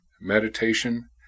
meditation